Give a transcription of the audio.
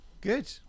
Good